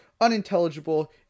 unintelligible